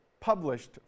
published